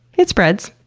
it spreads.